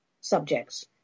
subjects